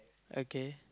okay